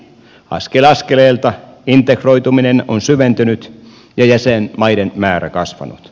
askel askeleelta integroituminen on syventynyt ja jäsenmaiden määrä kasvanut